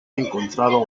encontrado